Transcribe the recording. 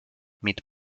mit